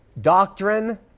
doctrine